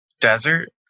Desert